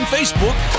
Facebook